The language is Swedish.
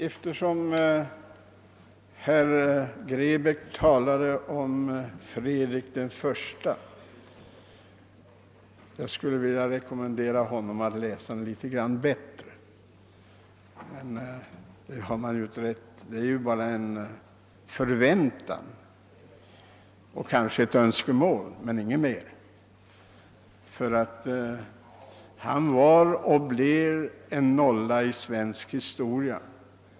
Eftersom herr Grebäck talade om Fredrik I skulle jag vilja rekommendera honom att läsa litet bättre. Det är ju ingenting annat än en förväntan och kanske ett önskemål, ty Fredrik I var ju och förblev en nolla i svensk historia.